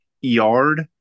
yard